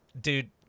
dude